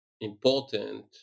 important